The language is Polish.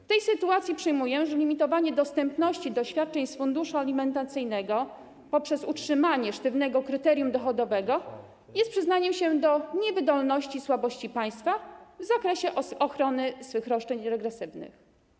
W tej sytuacji przyjmuję, że limitowanie dostępności świadczeń z funduszu alimentacyjnego poprzez utrzymanie sztywnego kryterium dochodowego jest przyznaniem się do niewydolności i słabości państwa w zakresie ochrony swych roszczeń regresywnych.